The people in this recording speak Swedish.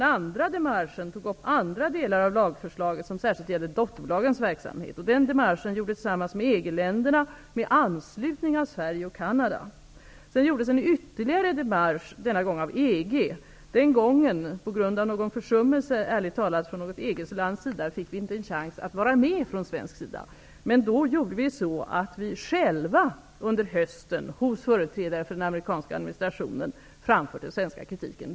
Vår andra démarche tog upp andra delar av lagförslaget, som särskilt gällde dotterbolagens verksamhet. Denna démarche gjordes tillsammans med EG-länderna, med anslutning av Sverige och Sedan gjordes en ytterligare démarche, denna gång av EG. Den gången -- ärligt talat på grund av någon försummelse från något EG-land -- fick vi inte en chans att vara med från svensk sida. Då framförde vi själva under hösten den svenska kritiken hos företrädare för den amerikanska administrationen.